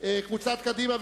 רוברט טיבייב,